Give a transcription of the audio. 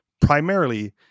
primarily